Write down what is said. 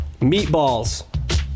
Meatballs